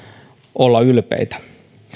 olla ylpeitä